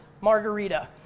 margarita